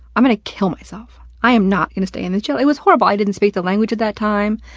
i'm gonna kill myself. i am not gonna stay in this jail. it was horrible. i didn't speak the language at that time.